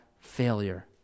failure